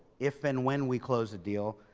if and when we close a deal.